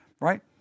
right